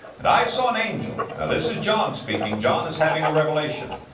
and i saw an angel. now this is john speaking john is having a revelation.